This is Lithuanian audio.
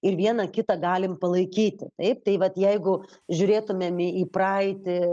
ir viena kitą galim palaikyti taip tai vat jeigu žiūrėtumėm į praeitį